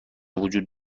وجود